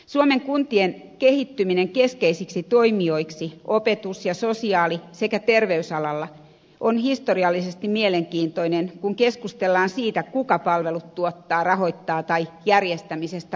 suomen kuntien kehittyminen keskeisiksi toimijoiksi opetus ja sosiaali sekä terveysalalla on historiallisesti mielenkiintoinen kun keskustellaan siitä kuka palvelut tuottaa rahoittaa tai järjestämisestä vastaa